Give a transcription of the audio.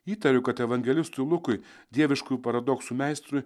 įtariu kad evangelistui lukui dieviškųjų paradoksų meistrui